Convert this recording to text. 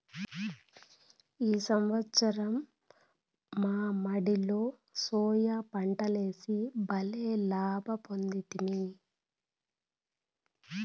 ఈ సంవత్సరం మా మడిలో సోయా పంటలేసి బల్లే లాభ పొందితిమి